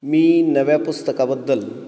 मी नव्या पुस्तकाबद्दल